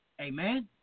Amen